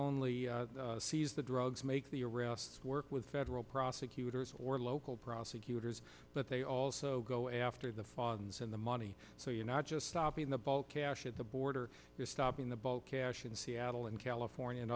only seize the drugs make the arrests work with federal prosecutors or local prosecutors but they also go after the funds and the money so you're not just stopping the bulk cash at the border you're stopping the bulk cash in seattle in california and